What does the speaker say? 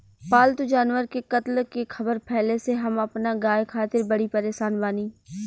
पाल्तु जानवर के कत्ल के ख़बर फैले से हम अपना गाय खातिर बड़ी परेशान बानी